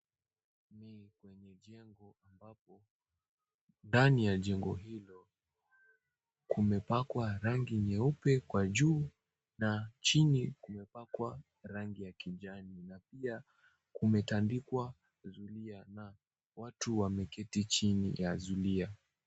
Ni kwenye jengo, ambapo ndani ya jengo hilo, kumepakwa rangi nyeupe kwa juu na chini kumepakwa rangi ya kijani, na pia kumetandikwa zulia na watu wameketi chini ya zulia.